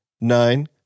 nine